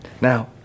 Now